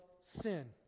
sin